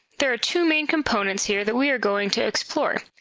there are two main components here that we are going to explore.